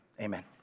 amen